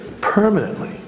permanently